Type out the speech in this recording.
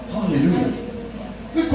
Hallelujah